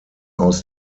aus